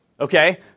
Okay